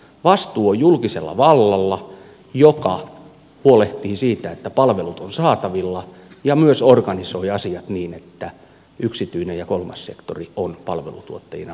vastuu on julkisella vallalla joka huolehtii siitä että palvelut ovat saatavilla ja myös organisoi asiat niin että yksityinen ja kolmas sektori ovat palvelutuottajina mukana